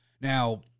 Now